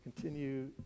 continue